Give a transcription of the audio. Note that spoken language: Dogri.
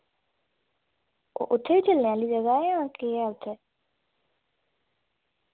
उ उत्थे बी चलने आह्ली जगह जां केह् ऐ उत्थै